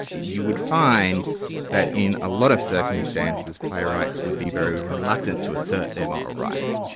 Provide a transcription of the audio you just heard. you would find that in a lot of circumstances, playwrights would be very reluctant to assert their moral rights.